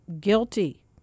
Guilty